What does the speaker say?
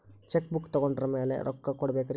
Check book ತೊಗೊಂಡ್ರ ಮ್ಯಾಲೆ ರೊಕ್ಕ ಕೊಡಬೇಕರಿ?